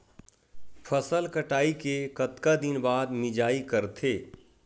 फसल कटाई के कतका दिन बाद मिजाई करथे?